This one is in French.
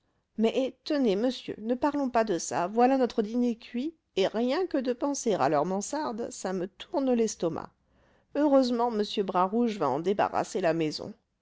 mais tenez monsieur ne parlons pas de ça voilà notre dîner cuit et rien que de penser à leur mansarde ça me tourne l'estomac heureusement m bras rouge va en débarrasser la maison